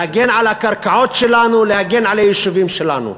להגן על הקרקעות שלנו, להגן על היישובים שלנו.